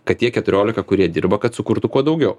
kad tie keturiolika kurie dirba kad sukurtų kuo daugiau